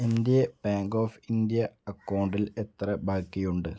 എൻ്റെ bank of India അക്കൗണ്ടിൽ എത്ര ബാക്കിയുണ്ട്